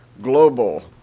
global